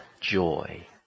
joy